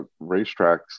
racetracks